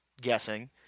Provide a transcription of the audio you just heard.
guessing